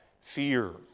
fear